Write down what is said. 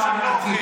אומר שאני לא אוכל,